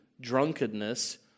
drunkenness